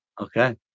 Okay